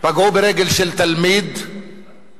פגעו ברגל של תלמיד קטן,